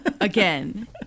again